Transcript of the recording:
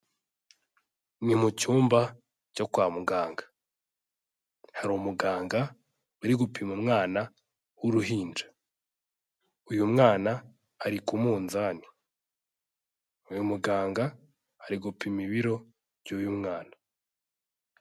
Ni mu cyumba cyo kwa muganga. Hari umuganga, uri gupima umwana w'uruhinja. Uyu mwana, ari ku munzani. Uyu muganga, ari gupima ibiro by'uyu mwana.